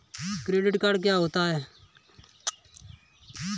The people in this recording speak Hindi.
क्रेडिट कार्ड क्या होता है?